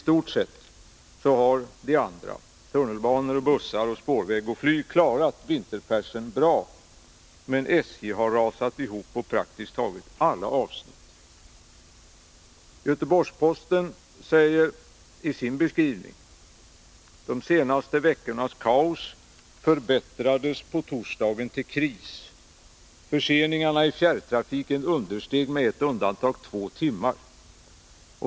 Tunnelbana, bussar, spårväg och flyg har i stort sett klarat vinterpärsen bra, men SJ har rasat ihop på praktiskt taget alla avsnitt. Göteborgs-Posten säger i sin beskrivning av läget: ”De senaste veckornas kaos ”förbättrades” på torsdagen till kris. Förseningarna i fjärrtrafiken understeg med ett undantag 2 timmar.